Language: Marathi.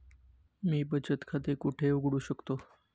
मी बचत खाते कुठे उघडू शकतो?